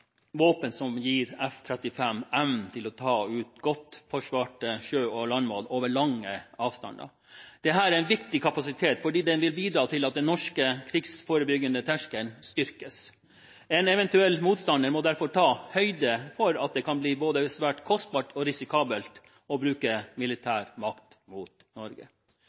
våpen som gir F-35 evnen til å ta ut godt forsvarte sjø- og landmål over lange avstander. Dette er en viktig kapasitet fordi den vil bidra til at den norske krigsforebyggende terskelen styrkes. En eventuell motstander må derfor ta høyde for at det kan bli både svært kostbart og risikabelt å bruke militær makt mot Norge.